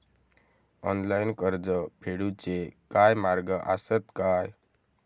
Online कर्ज फेडूचे काय मार्ग आसत काय?